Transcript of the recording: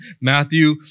Matthew